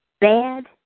bad